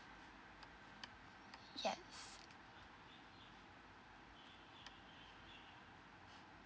yes